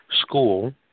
school